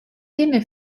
tiene